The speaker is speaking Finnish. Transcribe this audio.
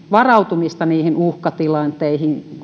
varautumista niihin uhkatilanteisiin